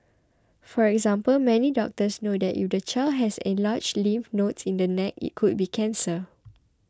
for example many doctors know that if the child has enlarged lymph nodes in the neck it could be cancer